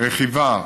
ורכיבה